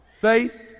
Faith